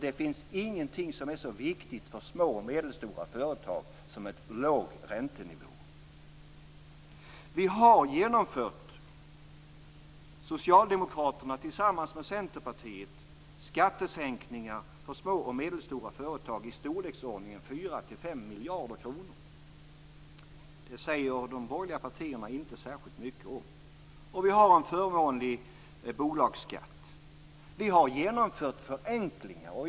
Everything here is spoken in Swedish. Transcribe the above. Det finns ingenting som är så viktigt för små och medelstora företag som en låg räntenivå. Socialdemokraterna har tillsammans med Centerpartiet genomfört skattesänkningar för små och medelstora företag med i storleksordningen 4-5 miljarder kronor. Det säger de borgerliga partierna inte särskilt mycket om. Vi har en förmånlig bolagsskatt. Vi har genomfört förenklingar.